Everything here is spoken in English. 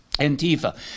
Antifa